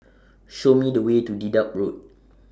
Show Me The Way to Dedap Road